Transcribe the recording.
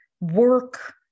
work